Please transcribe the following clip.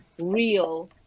real